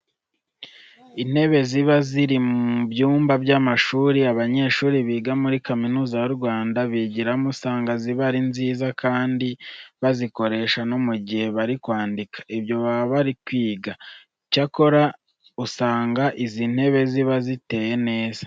Intebe ziba ziri mu byumba by'amashuri abanyeshuri biga muri Kaminuza y'u Rwanda bigiramo usanga ziba ari nziza kandi bazikoresha no mu gihe bari kwandika ibyo baba bari kwiga. Icyakora usanga izi ntebe ziba ziteye neza.